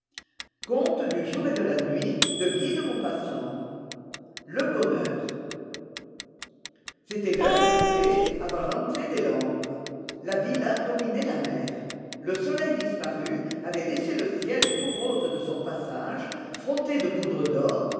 c'était l'heure du thé avant l'entrée des lampes la villa dominait la mer le soleil disparu avait laissé le ciel tout rose de son passage frotté de poudre d'or